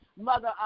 Mother